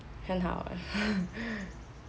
很好 eh